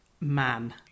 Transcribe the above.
man